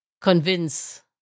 convince